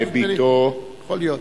יכול להיות.